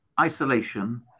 isolation